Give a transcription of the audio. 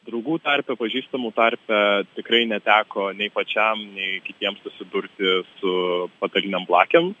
draugų tarpe pažįstamų tarpe tikrai neteko nei pačiam nei kitiem susidurti su patalinėm blakėm